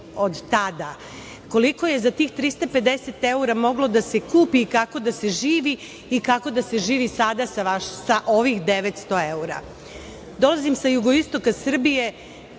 od tada, koliko je za tih 350 evra moglo da se kupi i kako da se živi i kako da se živi sada sa ovih 900 evra. Dolazim sa jugoistoka Srbije